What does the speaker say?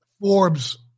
Forbes